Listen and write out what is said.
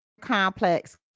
complex